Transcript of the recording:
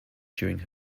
during